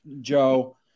Joe